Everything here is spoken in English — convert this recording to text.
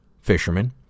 fishermen